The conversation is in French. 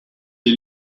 les